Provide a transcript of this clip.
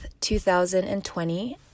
2020